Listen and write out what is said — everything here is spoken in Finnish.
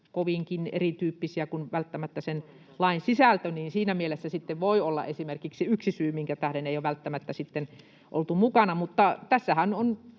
kovinkin erityyppisiä kuin välttämättä sen lain sisältö, niin siinä mielessä sitten se voi olla yksi syy, minkä tähden ei ole välttämättä oltu mukana. Mutta tässähän on